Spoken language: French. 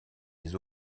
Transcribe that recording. des